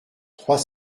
trois